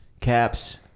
Caps